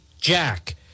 Jack